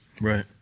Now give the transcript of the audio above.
Right